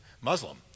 Muslim